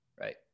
right